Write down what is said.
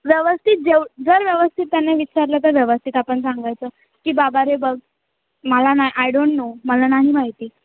व्यवस्थित जेव जर व्यवस्थित त्याने विचारलं तर व्यवस्थित आपण सांगायचं की बाबा रे बघ मला ना आय डोंट नो मला नाही माहिती